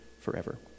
forever